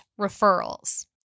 referrals